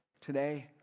today